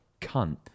cunt